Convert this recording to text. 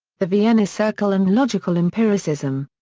the vienna circle and logical empiricism.